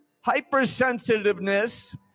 hypersensitiveness